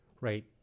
right